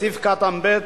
בסעיף קטן (ב),